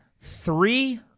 three